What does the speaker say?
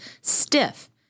stiff